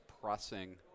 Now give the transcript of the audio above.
pressing